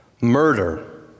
murder